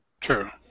True